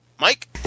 Mike